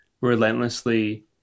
relentlessly